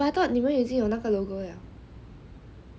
but I thought 你们已经有那个 logo liao